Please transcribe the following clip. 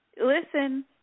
Listen